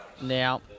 Now